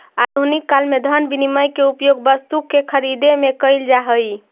आधुनिक काल में धन विनिमय के उपयोग वस्तु के खरीदे में कईल जा हई